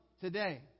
today